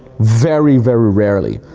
very, very rarely.